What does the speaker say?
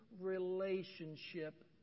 relationship